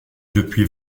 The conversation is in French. depuis